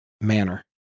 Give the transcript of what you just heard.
manner